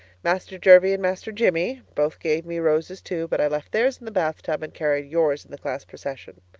master jervie and master jimmie both gave me roses, too, but i left theirs in the bath tub and carried yours in the class procession.